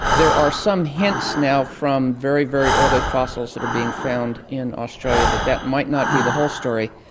there are some hints now from very, very early fossils that are being found in australia that that might not be the whole story,